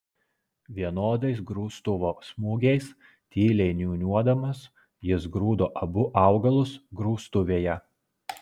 vienodais grūstuvo smūgiais tyliai niūniuodamas jis grūdo abu augalus grūstuvėje